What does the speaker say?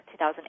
2008